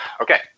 Okay